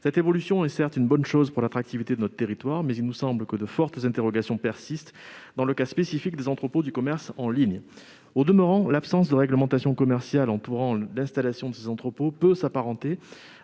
Cette évolution est une bonne chose pour l'attractivité de notre territoire, mais il nous semble que de fortes interrogations persistent dans le cas spécifique des entrepôts du commerce en ligne. Au demeurant, l'absence de réglementation commerciale entourant l'installation de ces entrepôts peut s'apparenter